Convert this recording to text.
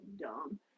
dumb